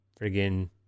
friggin